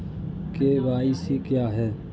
KYC क्या है?